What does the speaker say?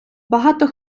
багато